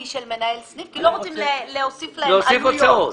של מנהל סניף כי לא רוצים להוסיף להם עלויות.